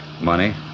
Money